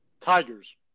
Tigers